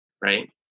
right